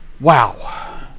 Wow